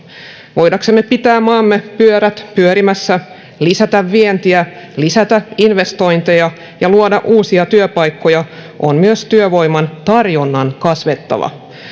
voidaksemme pitää maamme pyörät pyörimässä lisätä vientiä lisätä investointeja ja luoda uusia työpaikkoja on myös työvoiman tarjonnan kasvettava